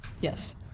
Yes